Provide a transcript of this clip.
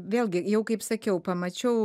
vėlgi jau kaip sakiau pamačiau